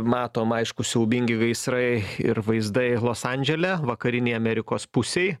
matom aišku siaubingi gaisrai ir vaizdai los andžele vakarinėj amerikos pusėj